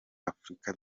afurika